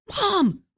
Mom